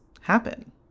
happen